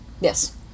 Yes